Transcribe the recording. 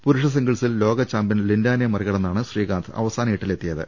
പുരുഷ സിംഗിൾസിൽ ലോകചാമ്പ്യൻ ലിൻഡാനെ മറികട ന്നാണ് ശ്രീകാന്ത് അവസാന എട്ടിലെത്തിയത്